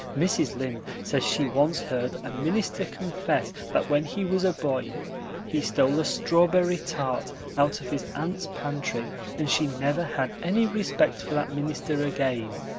mrs. lynde says she once heard a minister confess that when he was a boy he stole a strawberry tart out of his aunt's pantry and she never had any respect for that minister again.